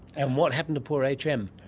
and what happened to poor h. m?